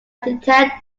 detect